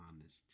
Honest